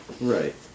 Right